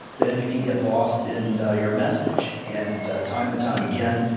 then it can get lost in your message. and time and time again,